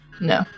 No